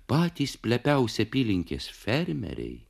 patys plepiausi apylinkės fermeriai